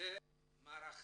העניין הוא מערכתי